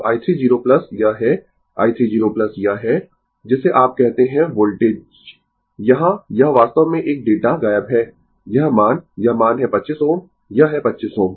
अब i 3 0 यह है i 3 0 यह है जिसे आप कहते है वोल्टेज यहां यह वास्तव में एक डेटा गायब है यह मान यह मान है 25 Ω यह है 25 Ω